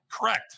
correct